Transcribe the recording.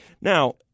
Now